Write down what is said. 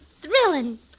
thrilling